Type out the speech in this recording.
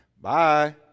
Bye